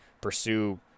pursue